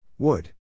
Wood